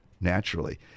Naturally